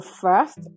first